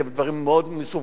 כי הם דברים מאוד מסווגים,